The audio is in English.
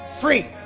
Free